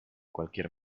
cualquier